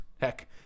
heck